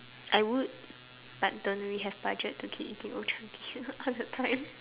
I would but don't really have budget to keep eating old chang kee all the time